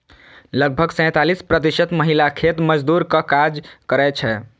लगभग सैंतालिस प्रतिशत महिला खेत मजदूरक काज करै छै